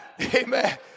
Amen